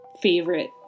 favorite